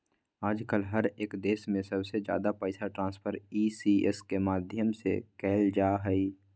आजकल हर एक देश में सबसे ज्यादा पैसा ट्रान्स्फर ई.सी.एस के माध्यम से कइल जाहई